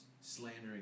slandering